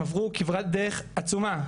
הם עברו כברת דרך עצומה,